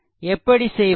எப்படி செய்வது